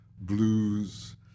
blues